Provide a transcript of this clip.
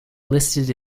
listed